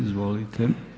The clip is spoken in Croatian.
Izvolite.